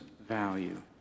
value